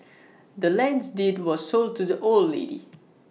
the land's deed was sold to the old lady